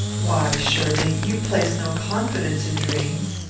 why, surely, you place no confidence in dreams?